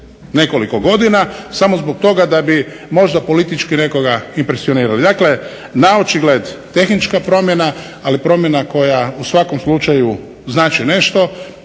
nekoliko godina samo zbog toga da bi možda politički nekoga impresionirali. Dakle, naočigled tehnička promjena, ali promjena koja u svakom slučaju znači nešto.